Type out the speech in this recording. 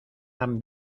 han